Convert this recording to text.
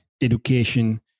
education